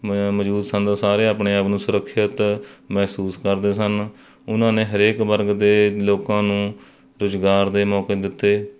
ਮ ਮੌਜੂਦ ਸਨ ਸਾਰੇ ਆਪਣੇ ਆਪ ਨੂੰ ਸੁਰੱਖਿਅਤ ਮਹਿਸੂਸ ਕਰਦੇ ਸਨ ਉਹਨਾਂ ਨੇ ਹਰੇਕ ਵਰਗ ਦੇ ਲੋਕਾਂ ਨੂੰ ਰੁਜ਼ਗਾਰ ਦੇ ਮੌਕੇ ਦਿੱਤੇ